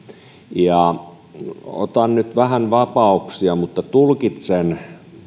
otan nyt vähän vapauksia mutta tulkitsen